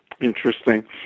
interesting